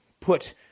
put